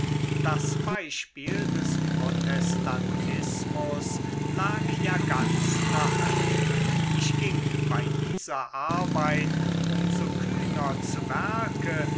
das beispiel des protestantismus lag ja ganz nahe ich ging bei dieser arbeit um so kühner zu werke